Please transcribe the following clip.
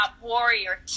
Warrior